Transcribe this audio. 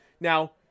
Now